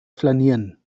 flanieren